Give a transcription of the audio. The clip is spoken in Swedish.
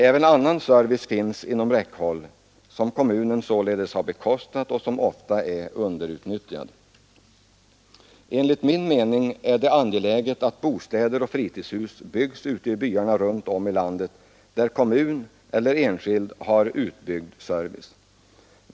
Även annan service finns kanske inom räckhåll, service som kommunen har bekostat och som ofta är underutnyttjad. Enligt min mening är det angeläget att bostäder och fritidshus byggs i byarna runt om i landet, där kommun eller enskild ger en utbyggd service.